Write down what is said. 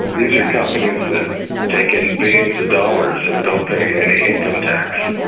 these are companies that take in billions of dollars and don't pay any income tax.